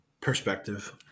perspective